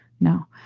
no